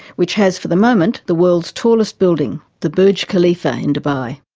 which has, for the moment, the world's tallest building the burj khalifa in dubai.